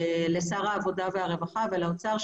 לשר העבודה והרווחה ולאוצר,